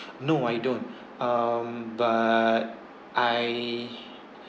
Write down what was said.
no I don't um but I